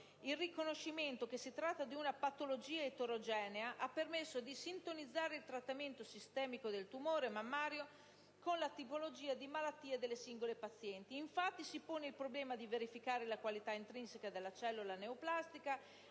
Il riconoscimento che si tratta di una patologia eterogenea ha permesso di sintonizzare il trattamento sistemico del tumore mammario con la tipologia delle malattie delle singole pazienti. Infatti, si pone il problema di verificare la qualità intrinseca della cellula neoplastica